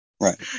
Right